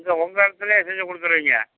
இங்கே உங்கள் இடத்துலயே செஞ்சு கொடுக்கறீங்க